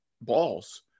balls